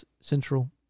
Central